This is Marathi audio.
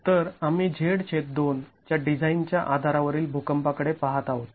तर आम्ही Z2 च्या डिझाइनच्या आधारावरील भूकंपाकडे पहात आहोत